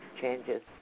changes